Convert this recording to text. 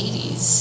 80s